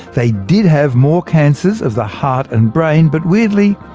they did have more cancers of the heart and brain but weirdly,